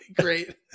great